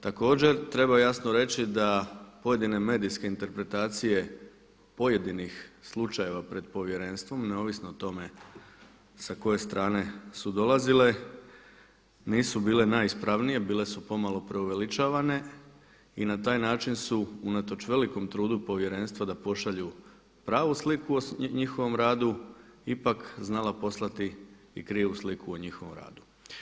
Također treba jasno reći da pojedine medijske interpretacije pojedinih slučajeva pred povjerenstvom, neovisno o tome sa koje strane su dolazile nisu bile najispravnije, bile su pomalo preuveličavane i na taj način su unatoč velikom trudu povjerenstva da pošalju pravu sliku o njihovom radu, ipak znala poslati i krivu sliku o njihovom radu.